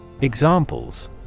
Examples